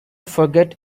forget